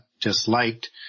disliked